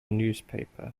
newspaper